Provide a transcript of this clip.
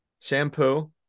shampoo